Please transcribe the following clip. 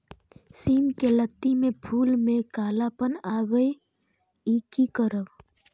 सिम के लत्ती में फुल में कालापन आवे इ कि करब?